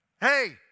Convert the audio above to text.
Hey